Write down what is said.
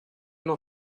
not